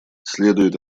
следует